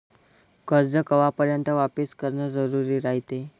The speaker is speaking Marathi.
कर्ज कवापर्यंत वापिस करन जरुरी रायते?